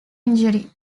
injury